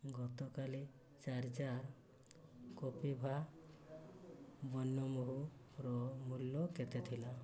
ଗତକାଲି ଚାରି ଜାର୍ କପିଭା ବନ୍ୟ ମହୁର ମୂଲ୍ୟ କେତେ ଥିଲା